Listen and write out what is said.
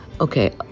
Okay